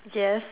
yes